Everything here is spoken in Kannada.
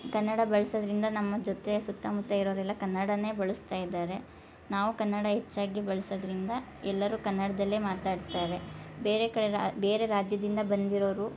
ಕನ್ನಡ ಬಳಸೋದ್ರಿಂದ ನಮ್ಮ ಜೊತೆ ಸುತ್ತಮುತ್ತ ಇರೋರೆಲ್ಲ ಕನ್ನಡನೇ ಬಳಸ್ತಾ ಇದ್ದಾರೆ ನಾವು ಕನ್ನಡ ಹೆಚ್ಚಾಗಿ ಬಳ್ಸೋದ್ರಿಂದ ಎಲ್ಲರೂ ಕನ್ನಡದಲ್ಲೇ ಮಾತಾಡ್ತಾರೆ ಬೇರೆ ಕಡೆ ರಾ ಬೇರೆ ರಾಜ್ಯದಿಂದ ಬಂದಿರೋರು